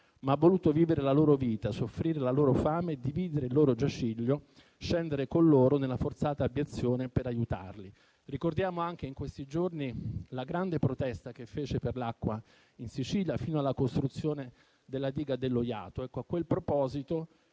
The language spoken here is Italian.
ma ha voluto vivere la loro vita, soffrire la loro fame, dividere il loro giaciglio, scendere con loro nella forzata abiezione per aiutarli. Ricordiamo anche in questi giorni la grande protesta che fece per l'acqua in Sicilia, fino alla costruzione della diga dello Jato. A quel proposito,